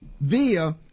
via